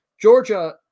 Georgia